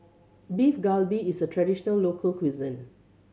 Beef Galbi is a traditional local cuisine